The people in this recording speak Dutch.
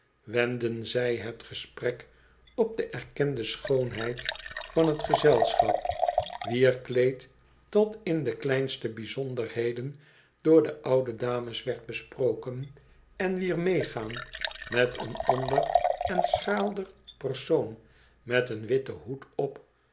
wendden zij het gesprek op de erkende schoonheid van t gezelschap wier kleed tot in de kleinste bijzonderheden door de oude dames werd besproken en wier meegaan met een ander en schraalder persoon met een witten hoed op